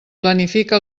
planifica